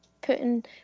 putting